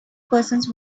persons